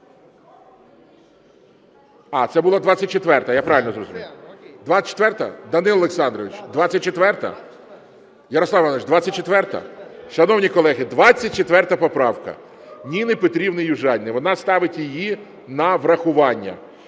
А, це була 24-а, я правильно зрозумів? 24-а? Данило Олександрович, 24-а? Ярослав Іванович, 24-а? Шановні колеги, 24 поправка Ніни Петрівни Южаніної. Вона ставить її на врахування.